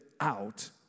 out